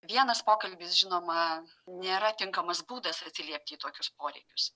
vienas pokalbis žinoma nėra tinkamas būdas atsiliepti į tokius poreikius